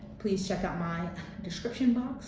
please check out my description box,